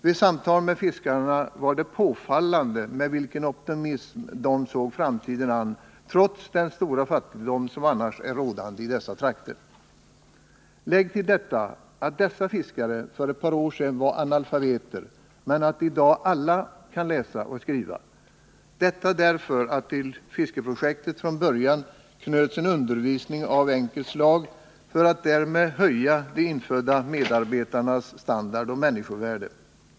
Vid samtal med fiskarna fann jag det påfallande med vilken optimism de såg framtiden an, trots den stora fattigdom som annars är rådande i dessa trakter. Till detta bör läggas att dessa fiskare för ett par år sedan var analfabeter och att i dag alla kan läsa och skriva — detta tack vare att till fiskeriprojektet knöts redan från början en undervisning av enkelt slag i syfte att höja de infödda medarbetarnas standard och människovärde.